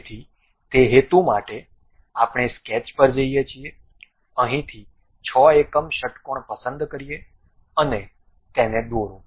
તેથી તે હેતુ માટે આપણે સ્કેચ પર જઈએ છીએ અહીંથી 6 એકમ ષટ્કોણ પસંદ કરીએ અને તેને દોરો